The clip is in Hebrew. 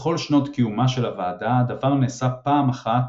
בכל שנות קיומה של הוועדה הדבר נעשה פעם אחת,